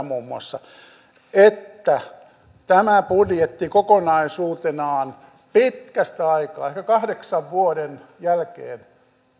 muun muassa viime torstaina että tämä budjetti kokonaisuutenaan pitkästä aikaa ehkä kahdeksan vuoden jälkeen